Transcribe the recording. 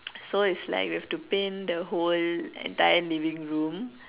so it's like we have to paint the whole entire living room